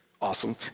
awesome